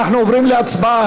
אנחנו עוברים להצבעה.